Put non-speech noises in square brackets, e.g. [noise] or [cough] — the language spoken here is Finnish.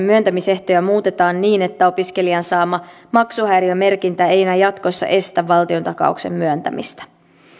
[unintelligible] myöntämisehtoja muutetaan niin että opiskelijan saama maksuhäiriömerkintä ei enää jatkossa estä valtiontakauksen myöntämistä